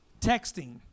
Texting